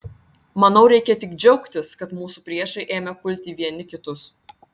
manau reikia tik džiaugtis kad mūsų priešai ėmė kulti vieni kitus